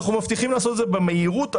אנחנו מבטיחים לעשות את זה במהירות האפשרית.